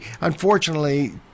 unfortunately